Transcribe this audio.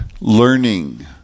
learning